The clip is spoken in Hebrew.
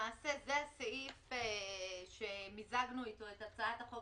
שזה הסעיף שמיזגנו איתו את הצעת החוק